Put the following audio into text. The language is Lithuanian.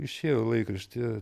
išėjo laikraštyje